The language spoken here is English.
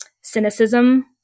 cynicism